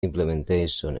implementation